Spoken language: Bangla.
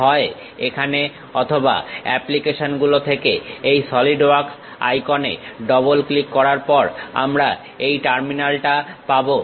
হয় এখানে অথবা অ্যাপ্লিকেশন গুলো থেকে এই সলিড ওয়ার্কস আইকন এ ডাবল ক্লিক করার পর আমরা এই টার্মিনাল টা পাবো